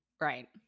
right